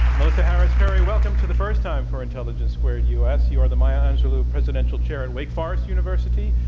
melissa harris-perry, welcome to the first time for intelligence squared u. s. you are the maya angelou presidential chair in wake forest university,